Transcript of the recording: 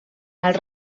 els